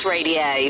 Radio